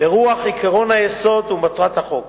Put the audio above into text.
ברוח עקרון היסוד ומטרת החוק.